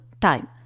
time